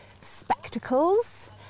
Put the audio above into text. spectacles